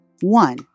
one